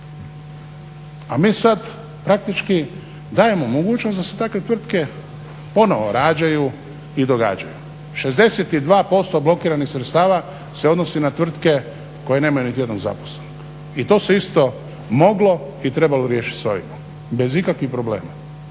a mi sad praktički dajemo mogućnost da se takve tvrtke ponovo rađaju i događaju. 62% blokiranih sredstava se odnosi na tvrtke koje nemaju niti jednog zaposlenog i to se isto moglo i trebalo riješiti s OIB-om bez ikakvih problema.